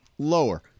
Lower